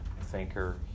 thinker